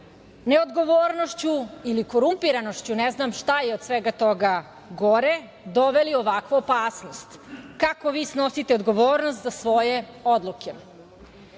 neodgovornošću, ili korumpiranošću, ne znam šta je od svega toga, gore, doveli u ovakvu opasnost. Kako vi snosite odgovornost za svoje odluke? Imam